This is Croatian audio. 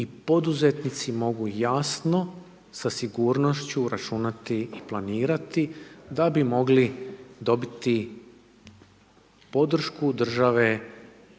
i poduzetnici mogu jasno sa sigurnošću računati i planirati da bi mogli dobiti podršku države,